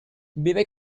vive